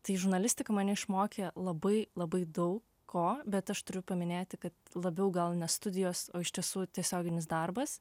tai žurnalistika mane išmokė labai labai daug ko bet aš turiu paminėti kad labiau gal ne studijos o iš tiesų tiesioginis darbas